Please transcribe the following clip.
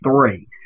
three